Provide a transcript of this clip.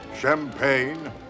Champagne